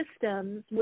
systems